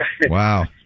Wow